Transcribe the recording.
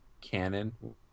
canon